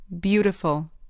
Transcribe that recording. Beautiful